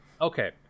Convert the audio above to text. Okay